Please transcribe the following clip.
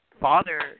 father